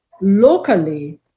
locally